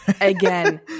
again